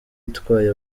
itwaye